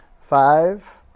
Five